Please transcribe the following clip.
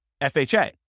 FHA